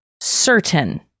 certain